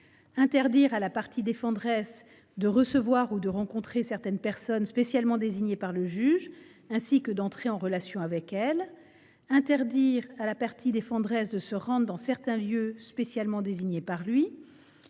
interdire à la partie défenderesse de recevoir ou de rencontrer certaines personnes spécialement désignées par le juge, ainsi que d’entrer en relation avec elles ; interdire à la partie défenderesse de se rendre dans certains lieux spécialement désignés par lui